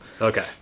Okay